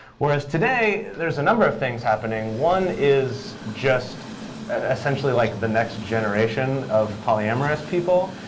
whereas today, there's a number of things happening. one is just essentially like the next generation of polyamorous people,